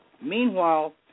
Meanwhile